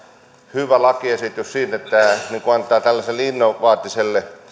hyvä lakiesitys sikäli että tämä antaa innovatiiviselle